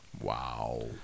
wow